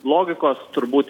logikos turbūt